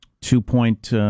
Two-point